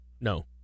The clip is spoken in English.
No